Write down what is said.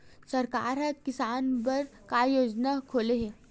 सरकार ह किसान बर का योजना खोले हे?